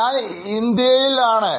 ഞാൻ ഇന്ത്യയിൽ ആണ്